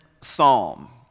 psalm